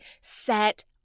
set